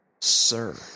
Sir